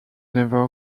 never